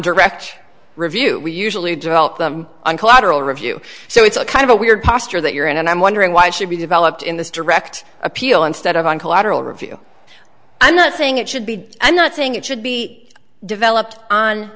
direct review we usually develop them on collateral review so it's a kind of a weird posture that you're in and i'm wondering why should be developed in this direct appeal instead of on collateral review i'm not saying it should be i'm not saying it should be developed on